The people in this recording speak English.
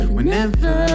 Whenever